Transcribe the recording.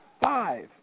five